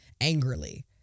angrily